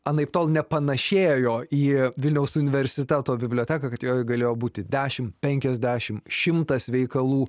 anaiptol nepanašėjo į vilniaus universiteto biblioteką kad joj galėjo būti dešim penkiasdešim šimtas veikalų